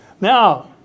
Now